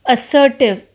Assertive